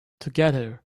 together